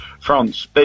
France